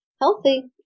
healthy